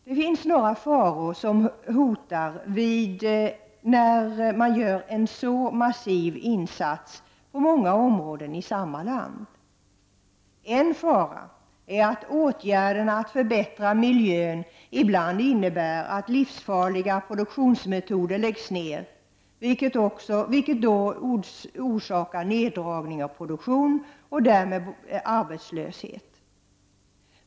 Det finns några faror som hotar när man gör en så massiv insats på många områden i samma land. En fara är att åtgärderna för att förbättra miljön ibland innebär att livsfarliga produktionsprocesser läggs ner, vilket orsakar neddragning av produktion och därmed arbetslöshet.